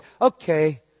okay